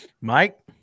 Mike